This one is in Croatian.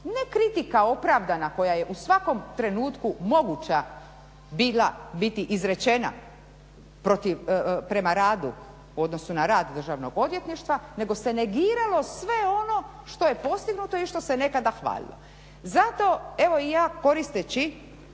Ne kritika opravdana koja je u svakom trenutku moguća bila biti izrečena prema radu u odnosu na rad Državnog odvjetništva nego se negiralo sve ono što je postignuto i što se nekada hvalilo. Zato evo i ja koristeći